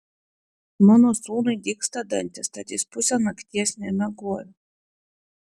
mano sūnui dygsta dantys tad jis pusę nakties nemiegojo